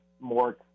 more